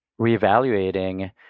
reevaluating